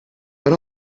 but